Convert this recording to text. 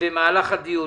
במהלך הדיון.